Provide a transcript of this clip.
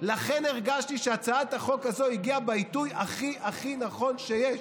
לכן הרגשתי שהצעת החוק הזאת הגיעה בעיתוי הכי הכי נכון שיש.